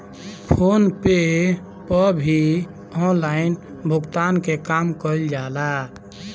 phone पे पअ भी ऑनलाइन भुगतान के काम कईल जाला